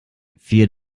vier